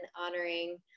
honoring